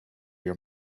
your